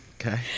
okay